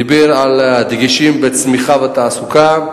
דיבר על דגשים בצמיחה, בתעסוקה,